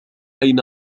أين